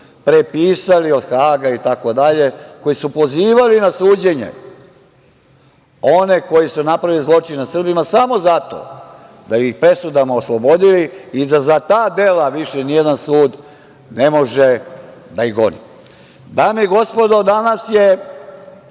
prepisali od Haga itd, koji su pozivali na suđenje one koji su napravili zločine nad Srbima samo zato da bi ih presudama oslobodili i da za ta dela više nijedan sud ne može da ih goni. Dame i gospodo, danas je